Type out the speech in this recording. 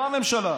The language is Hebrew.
לא הממשלה.